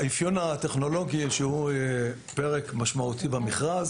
האפיון הטכנולוגי שהוא פרק משמעותי במכרז